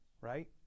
right